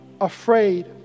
afraid